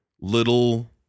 little